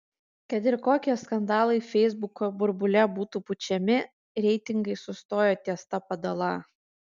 kad ir kokie skandalai feisbuko burbule būtų pučiami reitingai sustojo ties ta padala